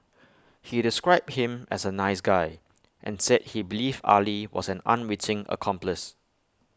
he described him as A nice guy and said he believed Ali was an unwitting accomplice